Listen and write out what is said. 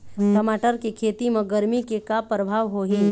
टमाटर के खेती म गरमी के का परभाव होही?